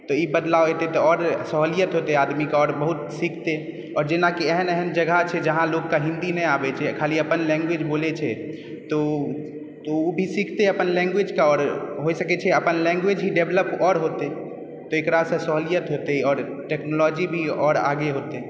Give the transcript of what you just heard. तऽ ई बदलाव ओते तऽ आओर सहूलियत होत्ते आदमी के आओर बहुत सीखते आओर जेनाकि एहन एहन छै जहाँ लोकके हिन्दी नहि आबै छै खाली अपन लैंग्वेज बोलै छै तऽ ओ भी सीखते अपन लैंग्वेज के आओर होइ सकै छै अपन लैंग्वेज हि डेवलप आओर होत्ते तेकरा से सहूलियत होत्ते आओर टेक्नोलॉजी भी आओर आगे होत्ते